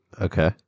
Okay